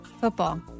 Football